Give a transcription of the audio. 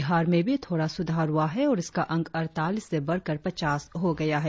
बिहार में भी थोड़ा सुधार हुआ है और इसका अंक अड़तालीस से बढ़कर पचास हो गया है